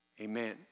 amen